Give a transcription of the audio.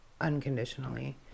unconditionally